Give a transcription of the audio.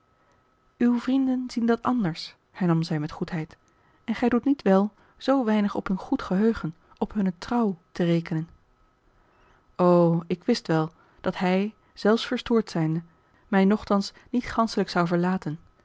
uwe vrienden zien dat anders hernam zij met goedheid en gij doet niet wel zoo weinig op hun goed geheugen op hunne trouw te rekenen o ik wist wel dat hij zelfs verstoord zijnde mij nochtans niet ganschelijk zou verlaten